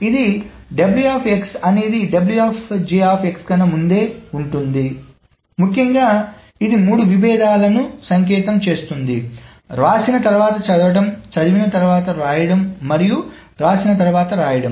ఇది అనేది కన్నాముందే ఉంది ముఖ్యంగా ఇది మూడు విభేదాలను సంకేతం చేస్తుంది వ్రాసిన తర్వాత చదవడం చదివిన తరువాత వ్రాయడం మరియు వ్రాసిన తరువాత వ్రాయడం